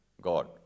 God